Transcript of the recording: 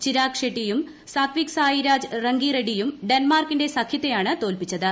ചിരാഗ് ഷെട്ടിയും സത്വിക് സായിരാജ് റങ്കിറെഡ്ഡിയും ഡെൻമാർക്കിന്റെ സഖ്യത്തെയാണ് തോൽപിച്ചത്